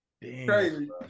crazy